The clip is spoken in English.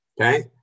Okay